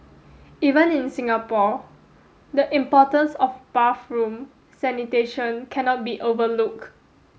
even in Singapore the importance of bathroom sanitation cannot be overlook